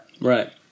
Right